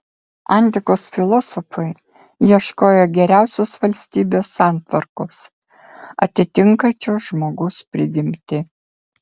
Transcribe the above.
antikos filosofai ieškojo geriausios valstybės santvarkos atitinkančios žmogaus prigimtį